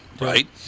right